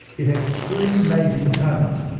it had three major components.